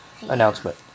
announcement